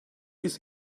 ist